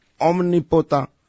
omnipotent